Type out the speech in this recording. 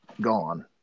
Gone